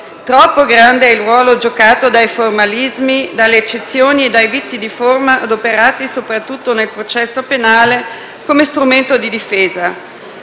troppo grande è il ruolo giocato dai formalismi, dalle eccezioni e dai vizi di forma adoperati soprattutto nel processo penale come strumento di difesa.